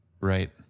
Right